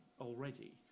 already